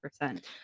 percent